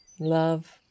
Love